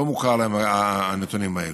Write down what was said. לא מוכרים להם הנתונים האלו.